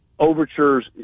Overtures